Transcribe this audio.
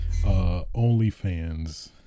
OnlyFans